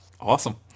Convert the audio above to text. Awesome